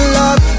love